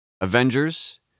Avengers